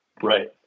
Right